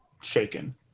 shaken